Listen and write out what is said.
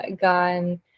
gone